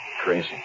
crazy